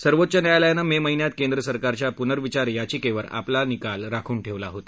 सर्वोच्च न्यायालयानं मे महिन्यात केंद्र सरकारच्या पूनर्विचार याचिकेवर आपला निकाल राखून ठेवला होता